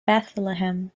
bethlehem